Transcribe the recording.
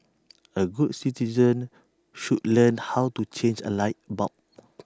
A good citizens should learn how to change A light bulb